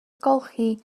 golchi